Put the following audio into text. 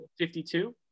52